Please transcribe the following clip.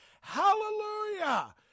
hallelujah